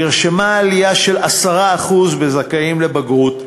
נרשמה עלייה של 10% בזכאים לבגרות,